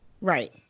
Right